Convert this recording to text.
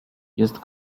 jest